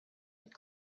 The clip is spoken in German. mit